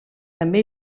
també